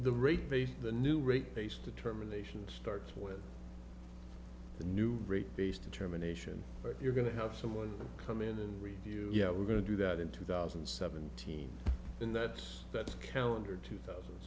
base the new rate base determination starts with the new rate based determination if you're going to have someone come in and review you know we're going to do that in two thousand and seventeen in that's that's calendar two thousand and